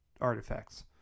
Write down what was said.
artifacts